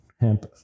hemp